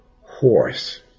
horse